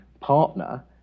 partner